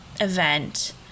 event